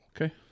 Okay